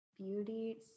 Beauty